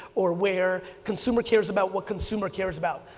or where, consumer cares about what consumer cares about.